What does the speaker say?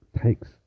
takes